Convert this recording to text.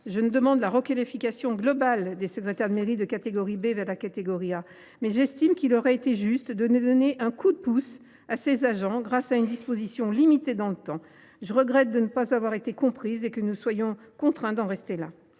je ne demande la requalification globale des secrétaires de mairie de catégorie B vers la catégorie A. Mais j’estime qu’il aurait été juste de donner un « coup de pouce » à ces agents, grâce à une disposition limitée dans le temps. Je regrette de ne pas avoir été comprise, et que nous soyons contraints d’en rester là